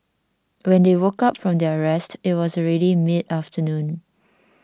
when they woke up from their rest it was already mid afternoon